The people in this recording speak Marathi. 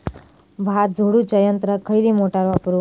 भात झोडूच्या यंत्राक खयली मोटार वापरू?